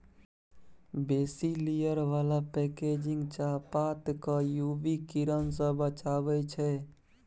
बेसी लेयर बला पैकेजिंग चाहपात केँ यु वी किरण सँ बचाबै छै